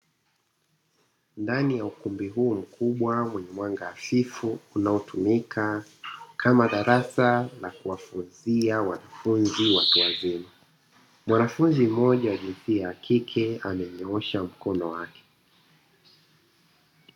Ndani ya ukumbi huu mkubwa wenye mwanga hafifu, unaotumika kama darasa la kuwafunzia wanafunzi watu wazima; mwanafunzi mmoja wa jinsia ya kike amenyoosha mkono wake.